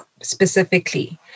specifically